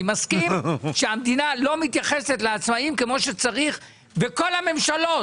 אני מסכים שהמדינה לא מתייחסת לעצמאים כמו שצריך בכל הממשלות.